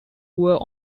were